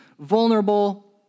vulnerable